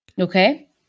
Okay